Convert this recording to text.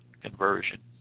conversion